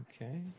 Okay